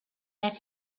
that